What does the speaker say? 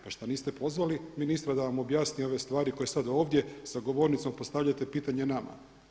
Pa što niste pozvali ministra da vam objasni ove stvari koje sada ovdje za govornicom postavljate pitanje nama?